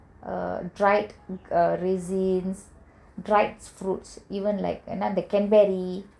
uh dry raisins dried fruits even the cranberry